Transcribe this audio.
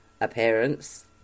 appearance